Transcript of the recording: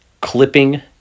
clipping